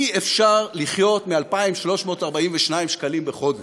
אי-אפשר לחיות מ-2,342 שקלים בחודש.